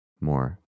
more